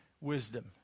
wisdom